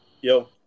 Yo